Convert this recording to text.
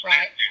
Right